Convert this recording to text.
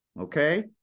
Okay